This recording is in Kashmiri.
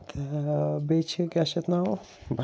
تہٕ بیٚیہِ چھِ کیٛاہ چھِ اَتھ ناو